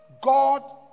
God